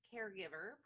caregiver